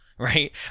Right